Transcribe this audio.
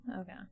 okay